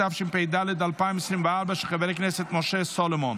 התשפ"ד 2024 של חבר הכנסת משה סולומון.